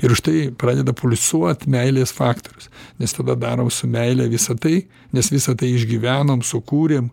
ir štai pradeda pulsuot meilės faktorius nes tada darom su meile visą tai nes visa tai išgyvenom sukūrėm